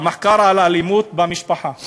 על מחקר על אלימות במשפחה.